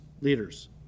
leaders